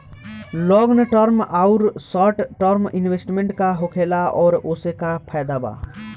Long term आउर short term investment का होखेला और ओसे का फायदा बा?